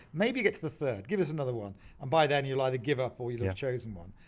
maybe you get to the third, give us another one and by then you'll either give up or you'll have chosen one.